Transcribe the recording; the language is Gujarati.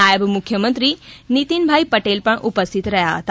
નાયબ મુખ્યમંત્રી નિતિનભાઇ પટેલ પણ ઉપસ્થિત રહ્યા હતા